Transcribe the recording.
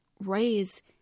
raise